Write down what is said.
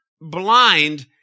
blind